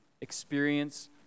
experience